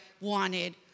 wanted